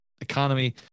economy